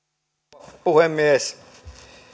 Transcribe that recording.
arvoisa rouva puhemies